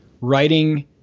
Writing